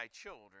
children